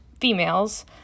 females